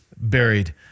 buried